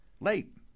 Late